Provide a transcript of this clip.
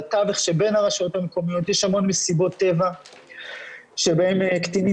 בתווך שבין הרשויות המקומיות יש המון מסיבות טבע שבהן קטינים